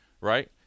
right